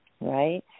right